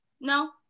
No